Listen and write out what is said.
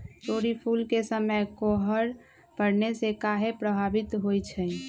तोरी फुल के समय कोहर पड़ने से काहे पभवित होई छई?